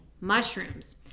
mushrooms